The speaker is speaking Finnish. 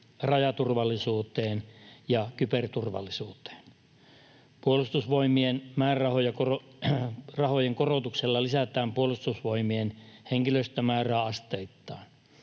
rajaturvallisuuteen ja kyberturvallisuuteen. Puolustusvoimien määrärahojen korotuksella lisätään Puolustusvoimien henkilöstömäärää asteittain,